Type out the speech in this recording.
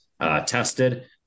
tested